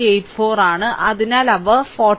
84 ആണ് അതിനാൽ അവ 45